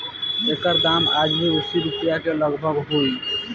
एकर दाम आज भी असी रुपिया के लगभग होई